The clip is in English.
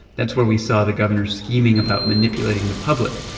that's where we saw the governor scheming about manipulating the public.